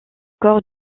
corps